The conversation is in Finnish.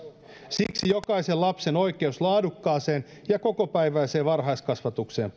siksi jokaisen lapsen oikeus laadukkaaseen ja kokopäiväiseen varhaiskasvatukseen